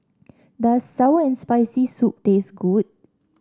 does sour and Spicy Soup taste good